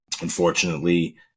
unfortunately